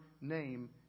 name